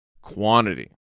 quantity